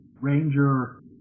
Ranger